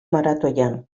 maratoian